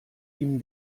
ihm